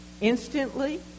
instantly